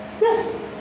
Yes